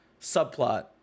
subplot